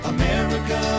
America